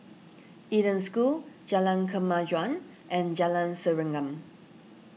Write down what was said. Eden School Jalan Kemajuan and Jalan Serengam